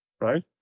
right